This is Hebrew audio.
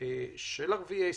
ערביי ישראל,